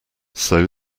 sow